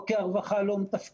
או כי הרווחה לא מתפקדת,